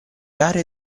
aree